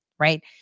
Right